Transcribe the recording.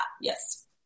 Yes